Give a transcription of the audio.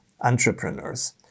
entrepreneurs